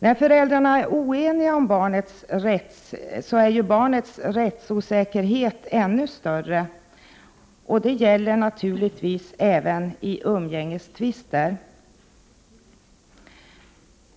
När föräldrarna är oeniga är barnets rättsosäkerhet ännu större. Det gäller naturligtvis även i umgängestvister.